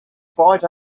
flight